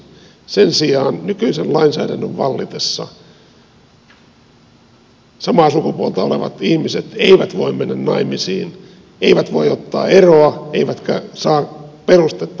sen sijaan nykyisen lainsäädännön vallitessa samaa sukupuolta olevat ihmiset eivät voi mennä naimisiin eivät voi ottaa eroa eivätkä saa perustetta mennä naimisiin